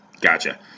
Gotcha